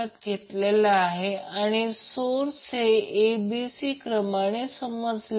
तर मला सांगा मला झूम थोडे कमी करू द्या